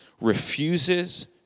refuses